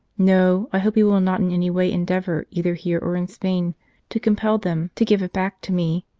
no i hope he will not in any way endeavour either here or in spain to compel them to give it back to me.